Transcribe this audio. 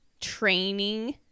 training